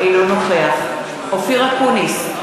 אינו נוכח אופיר אקוניס,